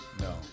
no